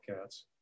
cats